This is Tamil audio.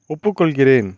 ஒப்புக்கொள்கிறேன்